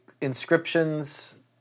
inscriptions